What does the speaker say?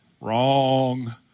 Wrong